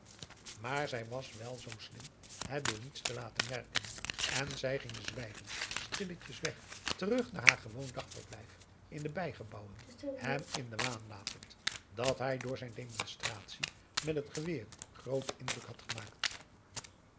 maar zij was wel zoo slim het door niets te laten merken en zij ging zwijgend stilletjes weg terug naar haar gewoon dagverblijf in de bijgebouwen hem in den waan latend dat hij door zijn demonstratie met het geweer grooten indruk had gemaakt